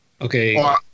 Okay